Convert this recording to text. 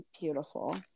Beautiful